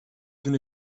toen